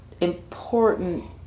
important